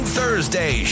Thursday